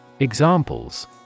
Examples